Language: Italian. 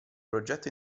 progetto